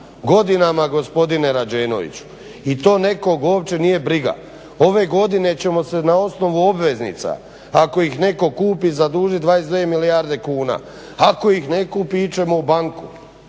Godinama gospodine Rađenović i to nekog uopće nije briga. Ove godine ćemo se na osnovu obveznica ako ih netko kupi zadužit 222 milijarde kuna, ako ih ne kupi ići ćemo u banku,